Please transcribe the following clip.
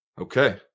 Okay